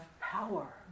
power